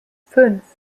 fünf